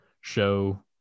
show